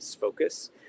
focus